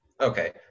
okay